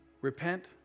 Repent